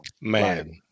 Man